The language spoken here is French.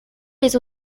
les